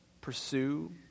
pursue